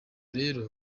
rero